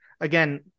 again